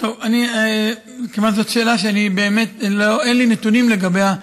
מכיוון שזאת שאלה שבאמת אין לי נתונים לגביה,